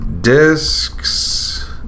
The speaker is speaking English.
discs